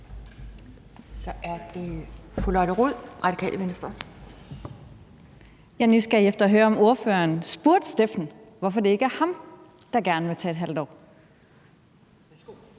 Kl. 11:56 Lotte Rod (RV): Jeg er nysgerrig efter at høre, om ordføreren spurgte Steffen, hvorfor det ikke er ham, der gerne vil tage et halvt år.